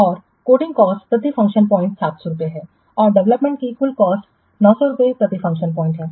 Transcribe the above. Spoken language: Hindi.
और कोडिंग कॉस्टप्रति फ़ंक्शन बिंदु 700 रुपये है और डेवलपमेंट की कुल कॉस्ट900 रुपये प्रति फ़ंक्शन बिंदु है